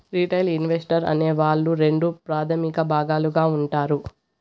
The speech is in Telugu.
రిటైల్ ఇన్వెస్టర్ అనే వాళ్ళు రెండు ప్రాథమిక భాగాలుగా ఉంటారు